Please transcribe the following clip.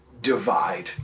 divide